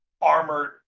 armored